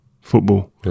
football